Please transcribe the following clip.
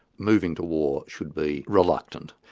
moving to war should be reluctant.